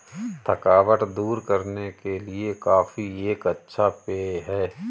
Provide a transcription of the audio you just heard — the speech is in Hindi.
थकावट दूर करने के लिए कॉफी एक अच्छा पेय है